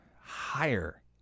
Higher